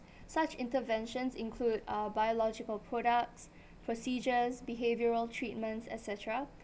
such intervention include uh biological products procedures behavioural treatments etc